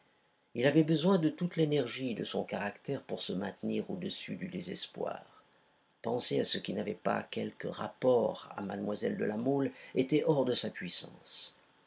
il avait besoin de toute l'énergie de son caractère pour se maintenir au-dessus du désespoir penser à ce qui n'avait pas quelque rapport à mlle de la mole était hors de sa puissance